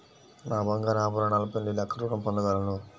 నా బంగారు ఆభరణాలపై నేను ఎక్కడ రుణం పొందగలను?